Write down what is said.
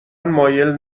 مایل